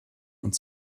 und